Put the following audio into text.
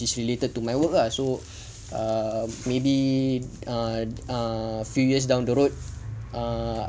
is related to my work lah so err maybe err err few years down the road err